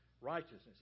righteousness